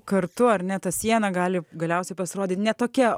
kartu ar ne ta siena gali galiausiai pasirodyt ne tokia